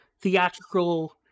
theatrical